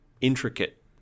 intricate